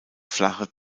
flache